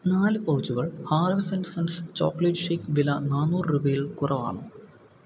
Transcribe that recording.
നാല് പൗച്ചുകൾ Harvis and sons chocolate shake വില നന്നൂറ് രൂപയിൽ കുറവാണോ